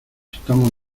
estamos